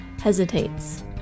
hesitates